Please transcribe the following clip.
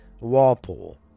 walpole